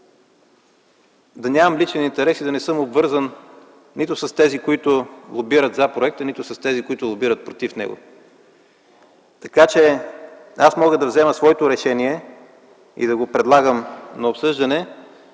да нямам личен интерес и да не съм обвързан нито с тези, които лобират за проекта, нито с тези, които лобират против него. Така че аз мога да взема своето решение и да го предлагам на обсъждане,